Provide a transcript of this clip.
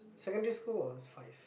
secondary school was five